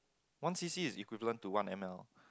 one C_C is equivalent to one M_L